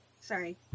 sorry